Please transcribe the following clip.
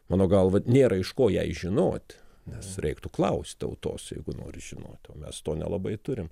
mano galva nėra iš ko jai žinot nes reiktų klaust tautos jeigu nori žinot o mes to nelabai turim